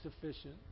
sufficient